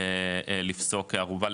לפסוק ערובה,